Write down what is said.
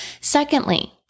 Secondly